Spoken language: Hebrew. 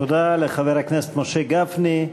תודה לחבר הכנסת משה גפני.